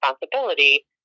responsibility